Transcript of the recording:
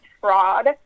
fraud